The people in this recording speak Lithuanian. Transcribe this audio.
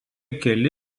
keli